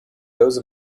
those